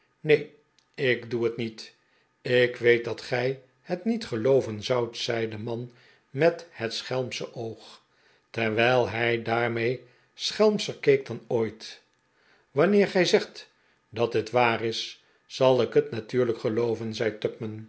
neen ik doe het niet ik weet dat gij het niet gelooven zoudt zei de man met het schelmsche oog terwijl hij daarmede schelmscher keek dan ooit wanneer gij zegt dat het waar is zal ik het natuurlijk gelooven zei